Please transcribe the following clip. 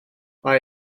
mae